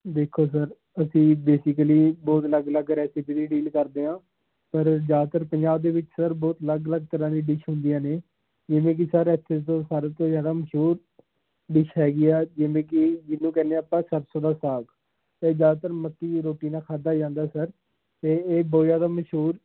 ਦੇਖੋ ਸਰ ਅਸੀਂ ਬੇਸਿਕਲੀ ਬਹੁਤ ਅਲੱਗ ਅਲੱਗ ਰੈਸਿਪੀ ਦੀ ਡੀਲ ਕਰਦੇ ਹਾਂ ਪਰ ਜ਼ਿਆਦਾਤਰ ਪੰਜਾਬ ਦੇ ਵਿੱਚ ਸਰ ਬਹੁਤ ਅਲੱਗ ਅਲੱਗ ਤਰ੍ਹਾਂ ਦੀ ਡਿਸ਼ ਹੁੰਦੀਆਂ ਨੇ ਜਿਵੇਂ ਕਿ ਸਰ ਇੱਥੇ ਸਾਰੇ ਤੋਂ ਜ਼ਿਆਦਾ ਮਸ਼ਹੂਰ ਡਿਸ਼ ਹੈਗੀ ਆ ਜਿਵੇਂ ਕਿ ਜਿਹਨੂੰ ਕਹਿੰਦੇ ਹਾਂ ਆਪਾਂ ਸਰਸੋਂ ਦਾ ਸਾਗ ਅਤੇ ਜ਼ਿਆਦਾਤਰ ਮੱਕੀ ਦੀ ਰੋਟੀ ਨਾਲ ਖਾਧਾ ਜਾਂਦਾ ਸਰ ਅਤੇ ਇਹ ਬਹੁਤ ਜ਼ਿਆਦਾ ਮਸ਼ਹੂਰ